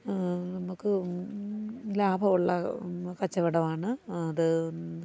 നമുക്ക് ലാഭം ഉള്ള കച്ചവടം ആണ് അത്